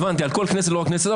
בעיקר על הכנסת הזאת